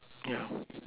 yeah